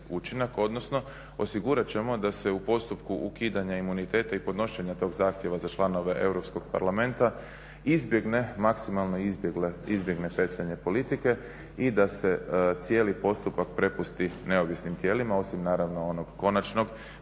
odnosno osigurat ćemo da se u postupku ukidanja imuniteta i podnošenja tog zahtjeva za članove Europskog parlamenta izbjegne, maksimalno izbjegne petljanje politike i da se cijeli postupak prepusti neovisnim tijelima osim naravno onog konačnog